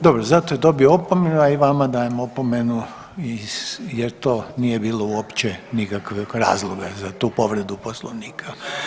Dobro, zato je dobio opomenu, a i vama dajem opomenu jer to nije bilo uopće nikakvog razloga za tu povredu poslovnika.